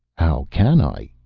how can i?